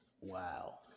wow